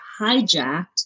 hijacked